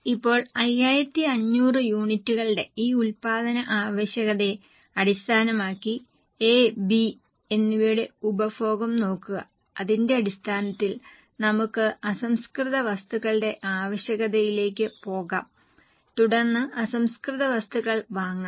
ഇപ്പോൾ 5500 യൂണിറ്റുകളുടെ ഈ ഉൽപ്പാദന ആവശ്യകതയെ അടിസ്ഥാനമാക്കി എ ബി എന്നിവയുടെ ഉപഭോഗം നോക്കുക അതിന്റെ അടിസ്ഥാനത്തിൽ നമുക്ക് അസംസ്കൃത വസ്തുക്കളുടെ ആവശ്യകതയിലേക്ക് പോകാം തുടർന്ന് അസംസ്കൃത വസ്തുക്കൾ വാങ്ങാം